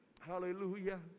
Hallelujah